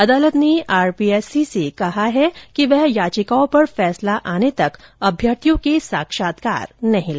अदालत ने आरपीएससी को कहा है कि वह याचिकाओं पर फैसला आने तक अभ्यर्थियों के साक्षात्कार नहीं ले